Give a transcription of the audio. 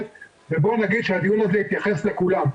ובואו נגיד שהדיון הזה יתייחס לכולם.